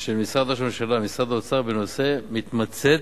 של משרד ראש הממשלה ומשרד האוצר בנושא מתמצית,